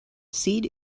seed